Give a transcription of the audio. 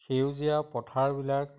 সেউজীয়া পথাৰবিলাক